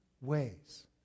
ways